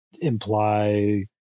imply